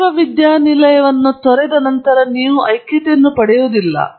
ವಿಶ್ವವಿದ್ಯಾನಿಲಯವನ್ನು ತೊರೆದ ನಂತರ ನೀವು ಐಕ್ಯತೆಯನ್ನು ಪಡೆಯುವುದಿಲ್ಲ